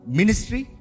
ministry